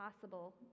possible